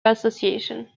association